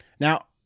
Now